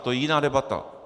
To je jiná debata.